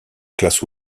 classe